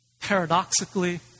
Paradoxically